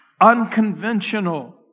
unconventional